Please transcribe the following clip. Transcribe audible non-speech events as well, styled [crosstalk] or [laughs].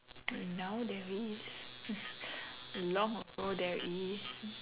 now there is [laughs] long ago there is